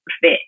fit